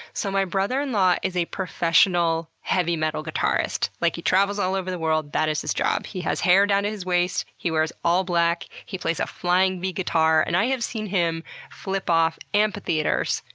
so my brother-in-law is a professional heavy metal guitarist. like, he travels all over the world. that is his job. he has hair down to his waist, he wears all black, he plays a flying v guitar, and i have seen him flip off amphitheaters,